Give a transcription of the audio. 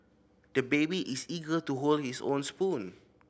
the baby is eager to hold his own spoon